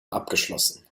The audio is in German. abgeschlossen